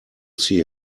see